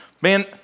Man